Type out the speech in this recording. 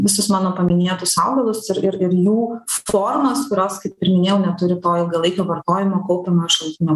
visus mano paminėtus augalus ir ir ir jų formas kurios kaip ir minėjau neturi to ilgalaikio vartojimo kaupiamojo šalutinio